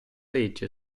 legge